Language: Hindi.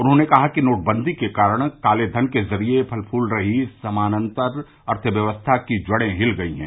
उन्होंने कहा कि नोटबंदी केकारण काले धन के जरिये फल फूल रही समानान्तर अर्थव्यवस्था की जड़ें हिल गई हैं